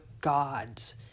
gods